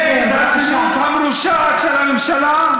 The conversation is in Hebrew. נגד הפעילות המרושעת של הממשלה,